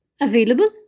Available